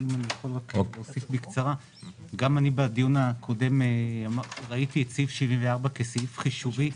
גם אני בדיון הקודם ראיתי את סעיף 74 כסעיף חישובי.